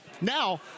Now